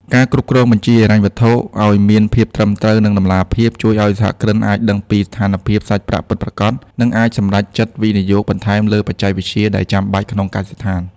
ការគ្រប់គ្រងបញ្ជីហិរញ្ញវត្ថុឱ្យមានភាពត្រឹមត្រូវ និងតម្លាភាព ជួយឱ្យសហគ្រិនអាចដឹងពីស្ថានភាពសាច់ប្រាក់ពិតប្រាកដ និងអាចសម្រេចចិត្តវិនិយោគបន្ថែមលើបច្ចេកវិទ្យាដែលចាំបាច់ក្នុងកសិដ្ឋាន។